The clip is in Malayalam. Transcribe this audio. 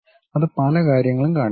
അത് പല കാര്യങ്ങളും കാണിക്കും